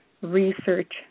Research